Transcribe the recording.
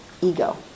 Ego